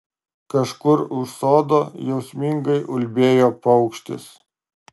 kažkur už sodo jausmingai ulbėjo paukštis